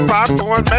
Popcorn